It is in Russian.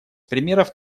примеров